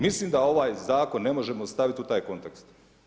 Mislim da ovaj zakon ne možemo staviti u taj kontekst.